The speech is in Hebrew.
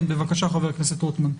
בבקשה, חבר הכנסת רוטמן.